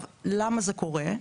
למה זה קורה?